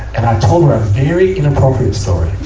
and i told her a very inappropriate story.